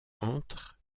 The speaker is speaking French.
entre